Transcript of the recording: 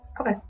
Okay